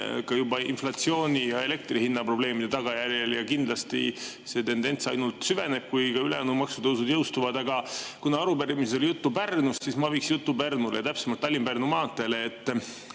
inflatsiooni ja elektri hinna probleemide tagajärjel. Kindlasti see tendents ainult süveneb, kui ka ülejäänud maksutõusud jõustuvad. Aga kuna arupärimises oli juttu Pärnust, siis ma viiksin jutu Pärnule, täpsemalt Tallinna–Pärnu maanteele.